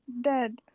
dead